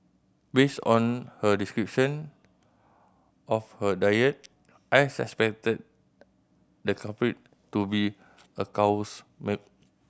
based on her description of her diet I suspected the the culprit to be a cow's milk